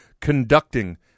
conducting